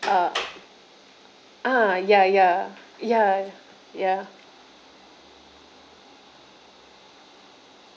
uh uh ya ya ya ya ya